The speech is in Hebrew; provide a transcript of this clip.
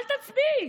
אל תצביעי,